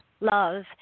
love